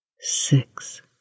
six